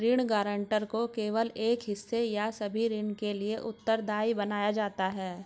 ऋण गारंटर को केवल एक हिस्से या सभी ऋण के लिए उत्तरदायी बनाया जाता है